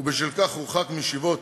ובשל כך הורחק מישיבות